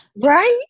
Right